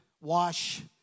wash